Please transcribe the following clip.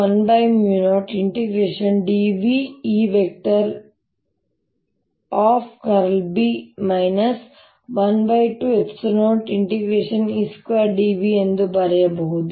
B 120E2dV ಎಂದು ಬರೆಯಬಹುದು